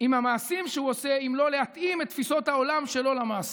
עם המעשים שהוא עושה אם לא להתאים את תפיסות העולם שלו למעשים.